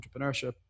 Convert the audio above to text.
entrepreneurship